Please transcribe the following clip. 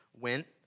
went